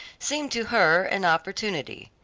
seemed to her an opportunity.